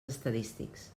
estadístics